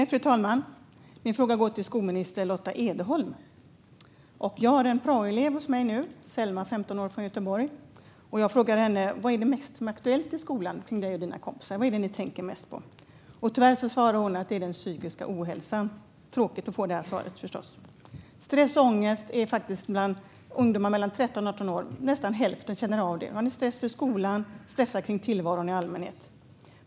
Fru talman! Min fråga går till skolminister Lotta Edholm. Jag har en praoelev hos mig nu, Selma, 15 år, från Göteborg. Jag frågade henne: Vad är mest aktuellt i skolan kring dig och dina kompisar - vad är det ni tänker mest på? Tyvärr svarade hon: den psykiska ohälsan. Det är tråkigt att få det svaret, förstås. Stress och ångest är faktiskt bland ungdomar mellan 13 och 18 år något som nästan hälften känner av. Det är stress kring skolan och stress kring tillvaron i allmänhet.